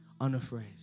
unafraid